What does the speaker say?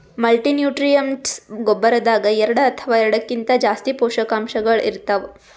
multinutrients ಗೊಬ್ಬರದಾಗ್ ಎರಡ ಅಥವಾ ಎರಡಕ್ಕಿಂತಾ ಜಾಸ್ತಿ ಪೋಷಕಾಂಶಗಳ್ ಇರ್ತವ್